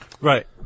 Right